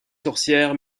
sorcières